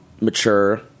mature